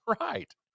right